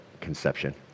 conception